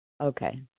okay